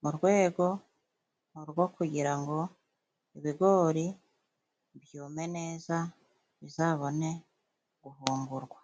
mu rwego rwo kugira ngo ibigori byume neza bizabone guhungurwa.